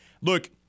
Look